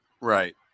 Right